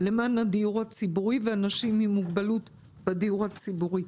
למען הדיור הציבורי ואנשים עם מוגבלות בדיור הציבורי.